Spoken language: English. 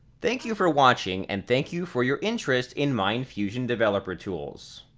thank you for watching and thank you for your interest in mindfusion developer tools.